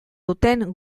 duten